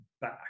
back